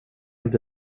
inte